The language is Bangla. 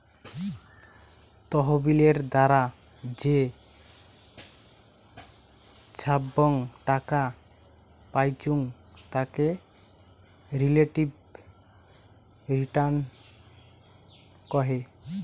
তহবিলের দ্বারা যে ছাব্যাং টাকা পাইচুঙ তাকে রিলেটিভ রিটার্ন কহে